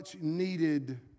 needed